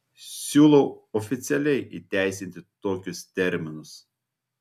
siūlau oficialiai įteisinti tokius terminus